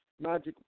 Magic